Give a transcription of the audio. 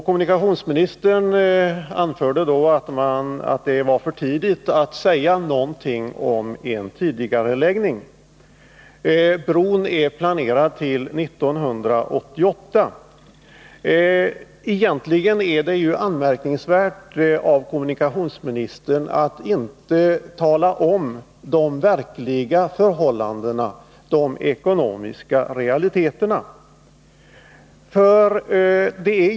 Kommunikationsministern anförde då att det var för tidigt att säga någonting om det. Bron är planerad att byggas 1988. Egentligen är det anmärkningsvärt att kommunikationsministern inte talar om de verkliga förhållandena, de ekonomiska realiteterna.